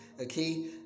Okay